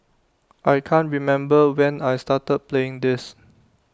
I can't remember when I started playing this